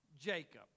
Jacob